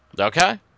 Okay